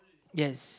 yes